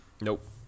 Nope